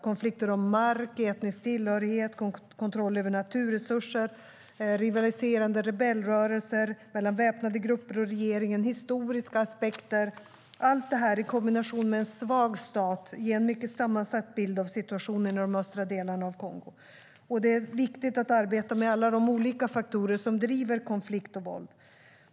Konflikter om mark, etnisk tillhörighet, kontroll över naturresurser, rivaliteter mellan rebellrörelser, mellan väpnade grupper och regeringen, historiska aspekter - allt detta i kombination med en svag stat ger en mycket sammansatt bild av situationen i de östra delarna av Kongo. Det är viktigt att arbeta med alla de olika faktorer som driver konflikt och våld.